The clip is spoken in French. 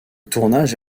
tournage